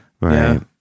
Right